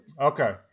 Okay